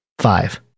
Five